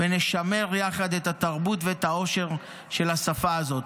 ונשמר יחד את התרבות ואת העושר של השפה הזאת.